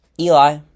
eli